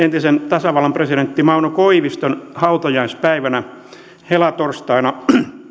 tasavallan presidentin mauno koiviston hautajaispäivänä helatorstaina